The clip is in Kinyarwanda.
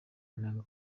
inanga